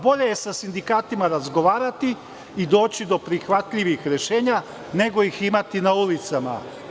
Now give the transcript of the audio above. Bolje je sa sindikatima razgovarati i doći do prihvatljivih rešenja, nego ih imati na ulicama.